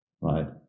Right